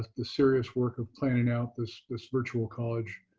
the serious work of planning out this this virtual college